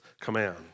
command